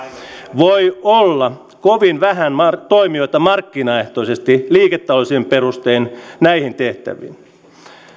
voi olla kovin vähän toimijoita markkinaehtoisesti liiketaloudellisin perustein näihin tehtäviin